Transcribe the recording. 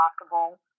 possible